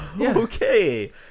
Okay